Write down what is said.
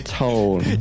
tone